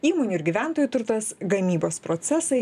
įmonių ir gyventojų turtas gamybos procesai